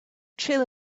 trail